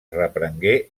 reprengué